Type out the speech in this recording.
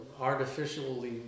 artificially